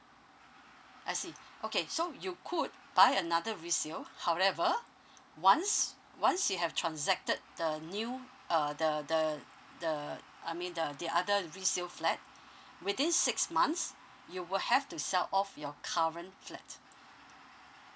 I see okay so you could buy another resale however once once you have transacted the new uh the the the I mean the the other resale flat within six months you will have to sell off your current flat